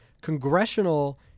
Congressional